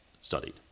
studied